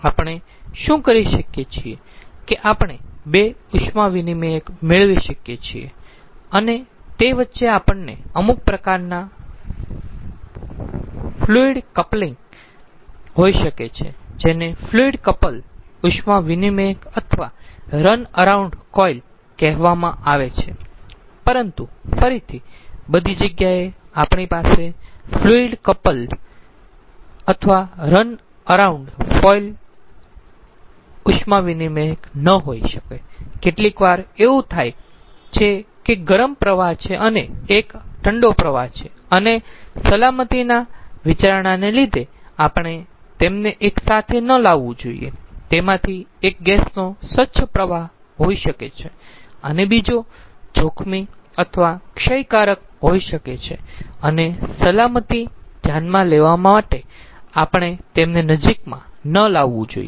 આપણે શું કરી શકીયે છીએ કે આપણે 2 ઉષ્મા વિનીમયક મેળવી શકીયે છીએ અને તે વચ્ચે આપણને અમુક પ્રકારના કપ્લિંગ ફ્લુઇડ હોઈ શકે છે જેને ફ્લુઇડ કપલ્ડ ઉષ્મા વિનીમયક અથવા રન અરાઉન્ડ કોઈલ કહેવામાં આવે છે પરંતુ ફરીથી બધી જગ્યાએ આપણી પાસે ફ્લુઇડ કપલ્ડ અથવા રન અરાઉન્ડ કોઈલ ઉષ્મા વિનીમયક ન હોઈ શકે કેટલીકવાર એવું થાય છે કે એક ગરમ પ્રવાહ છે અને એક ઠંડો પ્રવાહ છે અને સલામતીના વિચારણાને લીધે આપણે તેમને એક સાથે ન લાવવું જોઈએ તેમાંથી એક ગેસનો સ્વચ્છ પ્રવાહ હોઈ શકે છે અને બીજો જોખમી અથવા ક્ષયકારક હોઈ શકે છે અને સલામતી ધ્યાનમાં લેવા માટે આપણે તેમને નજીકમાં ન લાવવું જોઈએ